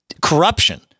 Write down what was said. Corruption